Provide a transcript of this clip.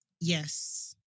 yes